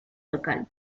local